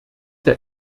der